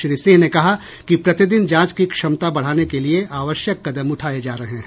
श्री सिंह ने कहा कि प्रतिदिन जांच की क्षमता बढ़ाने के लिये आवश्यक कदम उठाये जा रहे हैं